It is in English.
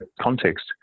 context